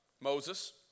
Moses